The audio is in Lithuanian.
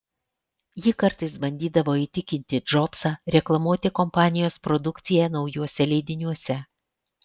ji kartais bandydavo įtikinti džobsą reklamuoti kompanijos produkciją naujuose leidiniuose